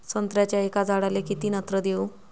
संत्र्याच्या एका झाडाले किती नत्र देऊ?